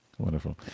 Wonderful